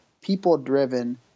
people-driven